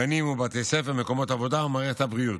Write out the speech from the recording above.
גנים ובתי ספר, מקומות עבודה ומערכת הבריאות.